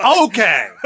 Okay